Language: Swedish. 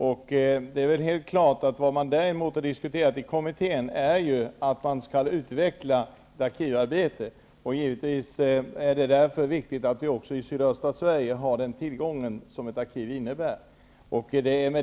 Herr talman! Elisabeth Persson säger att kommittén inte har tagit ställning. Däremot har kommittén diskuterat att man skall utveckla arkivarbetet. Givetvis är det därför viktigt att vi också i sydöstra Sverige har den tillgång som ett arkiv innebär.